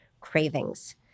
cravings